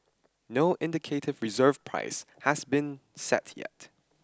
no indicative reserve price has been set yet